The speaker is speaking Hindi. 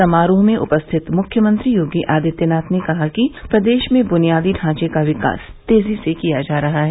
समारोह में उपस्थित मुख्यमंत्री योगी आदित्यनाथ ने कहा कि प्रदेश में बुनियादी ढॉचे का विकास तेजी से किया जा रहा है